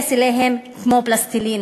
שתתייחס אליהם כמו לפלסטלינה.